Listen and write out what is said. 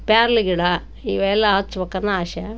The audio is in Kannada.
ಪೇರ್ಲ ಗಿಡ ಇವೆಲ್ಲ ಹಚ್ಬೇಕನ್ನೋ ಆಸೆ